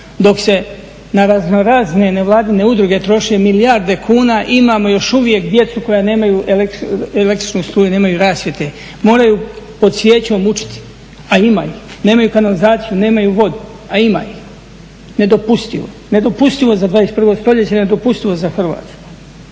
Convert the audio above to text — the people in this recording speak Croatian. dok se na razno razne nevladine udruge troše milijarde kuna imamo još uvijek djecu koja nemaju električnu struju, nemaju rasvjete. Moraju pod svijećom učiti, a ima ih. Nemaju kanalizaciju, nemaju vodu, a ima ih. Nedopustivo, nedopustivo za 21. stoljeće, nedopustivo za Hrvatsku.